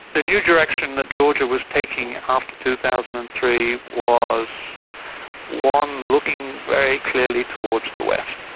the new direction that georgia was taking after two thousand and three was one looking very clearly towards the west.